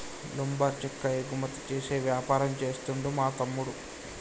lumber చెక్క ఎగుమతి చేసే వ్యాపారం చేస్తుండు మా తమ్ముడు